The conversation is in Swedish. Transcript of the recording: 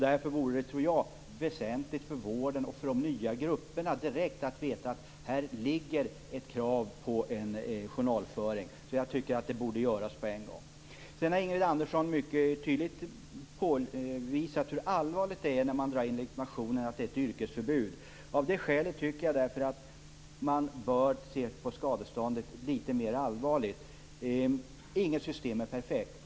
Därför vore det väsentligt för vården och för de nya grupperna att veta att det finns krav på journalföring. Jag tycker att det borde införas ett sådant krav med en gång. Ingrid Andersson har mycket tydligt påvisat hur allvarligt det är med indragning av läkarlegitimationen, att det är ett yrkesförbud. Av det skälet bör man se litet mer allvarligt på detta med skadeståndet. Inget system är perfekt.